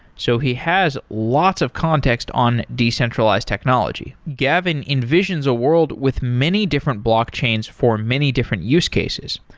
so he has lots of context on decentralized technology. gavin envisions a world with many different blockchains for many different use cases.